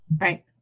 Right